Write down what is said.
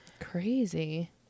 crazy